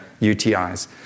UTIs